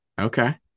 Okay